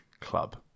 club